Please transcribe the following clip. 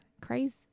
crazy